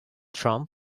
trump